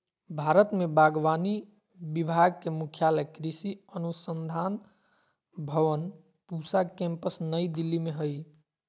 भारत में बागवानी विभाग के मुख्यालय कृषि अनुसंधान भवन पूसा केम्पस नई दिल्ली में हइ